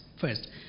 first